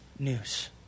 news